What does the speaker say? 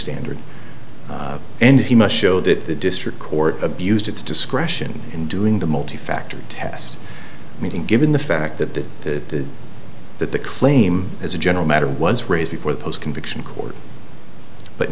standard and he must show that the district court abused its discretion in doing the multi factor test meeting given the fact that the that the claim as a general matter was raised before the post conviction court but